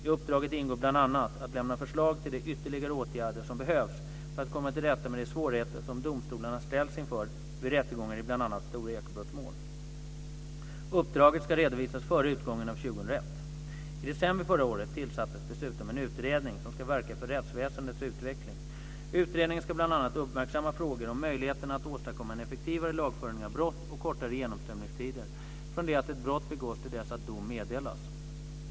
I uppdraget ingår bl.a. att lämna förslag till de ytterligare åtgärder som behövs för att komma till rätta med de svårigheter som domstolarna ställs inför vid rättegångar i bl.a. stora ekobrottsmål. Uppdraget ska redovisas före utgången av 2001. I december förra året tillsattes dessutom en utredning som ska verka för rättsväsendets utveckling. Utredningen ska bl.a. uppmärksamma frågor om möjligheterna att åstadkomma en effektivare lagföring av brott och kortare genomströmningstider från det att ett brott begås till dess att dom meddelas.